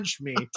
meat